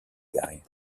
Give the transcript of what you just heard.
guy